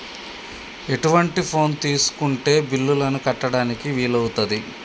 ఎటువంటి ఫోన్ తీసుకుంటే బిల్లులను కట్టడానికి వీలవుతది?